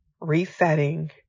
resetting